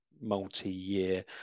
multi-year